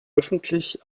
öffentlich